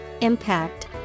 impact